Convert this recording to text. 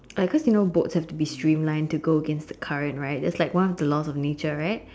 like cause you know boat have to be streamline to go against the current right that's like one of the laws of nature right